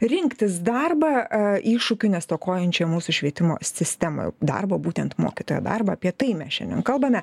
rinktis darbą iššūkių nestokojančio mūsų švietimo sistemoje darbo būtent mokytojo darbą apie tai mes šiandien kalbame